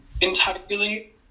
entirely